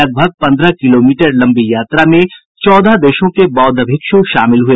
लगभग पन्द्रह किलोमीटर लंबी यात्रा में चौदह देशों के बौद्ध भिक्षु शामिल हुए